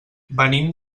venim